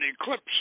eclipse